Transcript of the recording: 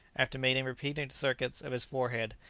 after making repeated circuits of his forehead,